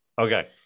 Okay